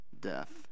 death